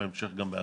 ובהמשך גם בעזה,